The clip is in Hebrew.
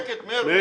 תהיה בשקט, מאיר.